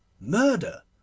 Murder